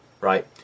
right